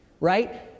Right